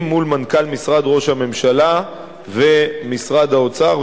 מול מנכ"ל משרד ראש הממשלה ומשרד האוצר,